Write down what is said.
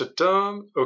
Okay